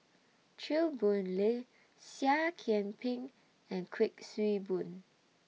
Chew Boon Lay Seah Kian Peng and Kuik Swee Boon